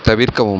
தவிர்க்கவும்